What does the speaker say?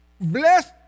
Bless